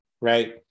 right